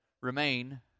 remain